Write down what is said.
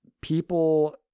people